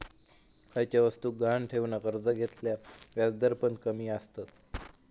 खयच्या वस्तुक गहाण ठेवन कर्ज घेतल्यार व्याजदर पण कमी आसतत